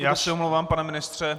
Já se omlouvám, pane ministře.